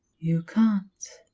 you can't,